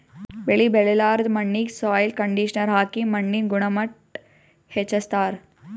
ಬೆಳಿ ಬೆಳಿಲಾರ್ದ್ ಮಣ್ಣಿಗ್ ಸಾಯ್ಲ್ ಕಂಡಿಷನರ್ ಹಾಕಿ ಮಣ್ಣಿನ್ ಗುಣಮಟ್ಟ್ ಹೆಚಸ್ಸ್ತಾರ್